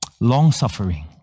Long-suffering